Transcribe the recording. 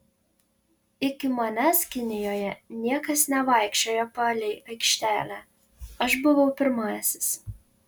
iki manęs kinijoje niekas nevaikščiojo palei aikštelę aš buvau pirmasis